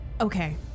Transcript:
Okay